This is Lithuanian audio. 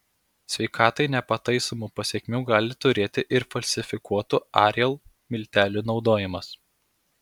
sveikatai nepataisomų pasekmių gali turėti ir falsifikuotų ariel miltelių naudojimas